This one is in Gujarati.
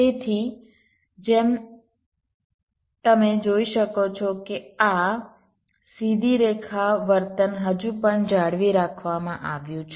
તેથી તમે જોઈ શકો છો કે આ સીધી રેખા વર્તન હજુ પણ જાળવી રાખવામાં આવ્યું છે